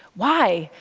why?